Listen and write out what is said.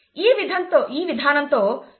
ఈ విధానంతో ఎన్నో సంభావ్యత లెక్కలు చేయవచ్చు